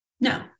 No